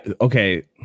okay